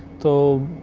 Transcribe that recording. so,